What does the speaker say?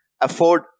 afford